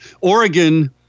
Oregon